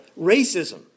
racism